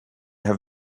have